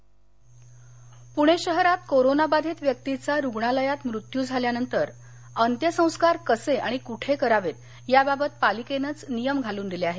अंत्यसंस्कार पुणे शहरात कोरोनाबाधित व्यक्तीचा रूग्णालयात मृत्यू झाल्यानंतर अंत्यसंस्कार कसे आणि कुठे करावेत या बाबत पालिकेनंच नियम घालून दिले आहेत